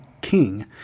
King